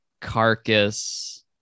carcass